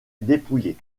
dépouillé